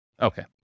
Okay